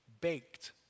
baked